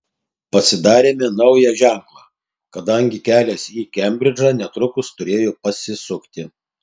pasidarėme naują ženklą kadangi kelias į kembridžą netrukus turėjo pasisukti